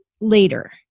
later